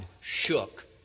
shook